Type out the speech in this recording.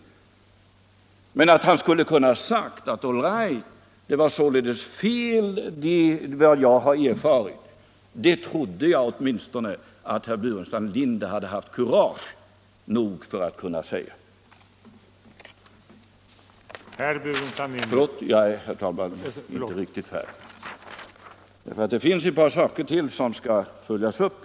Men jag hade hoppats att han skulle kunnat säga: All right, det jag erfarit var således fel; det trodde jag åtminstone att herr Burenstam Linder skulle ha haft kurage nog att säga.